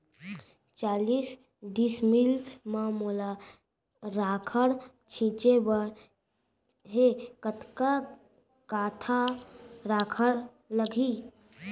चालीस डिसमिल म मोला राखड़ छिंचे बर हे कतका काठा राखड़ लागही?